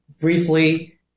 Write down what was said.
briefly